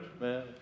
Man